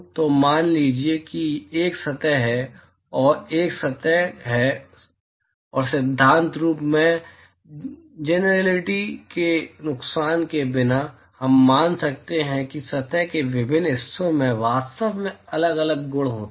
तो मान लीजिए कि एक सतह है और एक और सतह है और सिद्धांत रूप में जेनेरेलिटी के नुकसान के बिना हम मान सकते हैं कि सतह के विभिन्न हिस्सों में वास्तव में अलग अलग गुण होते हैं